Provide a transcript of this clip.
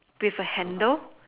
there's a handle